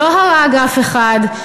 שלא הרג אף אחד,